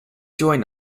join